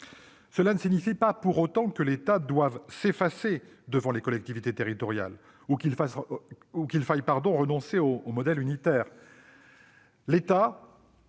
Cela ne signifie pas que l'État doive s'effacer devant les collectivités territoriales, ni qu'il faille renoncer au modèle unitaire. En